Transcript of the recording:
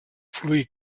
fluid